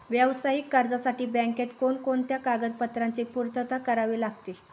व्यावसायिक कर्जासाठी बँकेत कोणकोणत्या कागदपत्रांची पूर्तता करावी लागते?